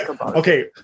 okay